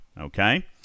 okay